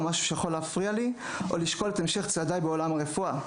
משהו שיכול להפריע לי או לשקול את המשך צעדיי בעולם הרפואה.